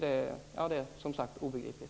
Det är som sagt obegripligt.